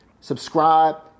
subscribe